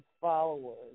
followers